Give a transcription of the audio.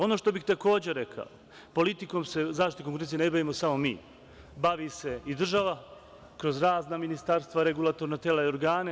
Ono što bih takođe rekao, politikom se zaštite konkurencije ne bavimo samo mi, bavi se i država kroz razna ministarstva, regulatorna tela i organe.